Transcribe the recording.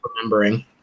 remembering